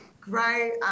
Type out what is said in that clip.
Great